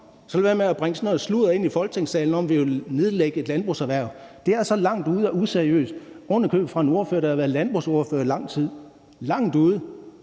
Så lad være med at bringe sådan noget sludder ind i Folketingssalen om, at vi vil nedlægge et landbrugserhverv. Det er så langt ude og useriøst, ovenikøbet fra en ordfører, der har været landbrugsordfører i lang tid. Det er